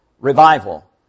Revival